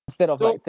instead of like that